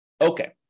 Okay